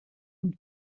und